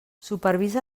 supervisa